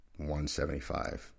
175